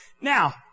Now